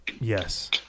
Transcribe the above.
yes